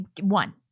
one